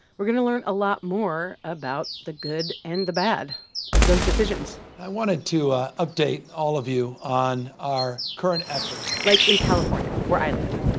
we're going to learn a lot more about the good and the bad of those decisions. i wanted to ah update all of you on our current efforts. like in california, where i live.